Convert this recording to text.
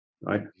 right